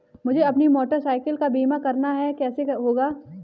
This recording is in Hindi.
मुझे अपनी मोटर साइकिल का बीमा करना है कैसे होगा?